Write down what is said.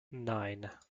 nine